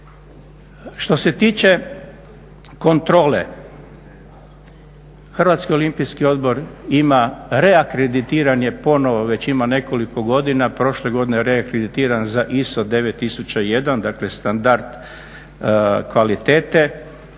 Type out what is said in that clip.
Što se tiče kontrole. Hrvatski olimpijski odbor ima reakreditiranje ponovo, već ima nekoliko godina. Prošle godine je reakreditiran za ISO 9001, dakle standard kvalitete.